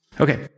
Okay